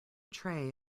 tray